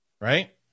Right